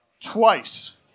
Twice